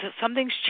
something's